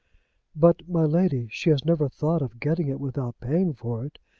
but, my lady, she has never thought of getting it without paying for it.